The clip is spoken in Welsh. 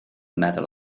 meddwl